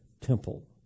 temple